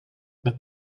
met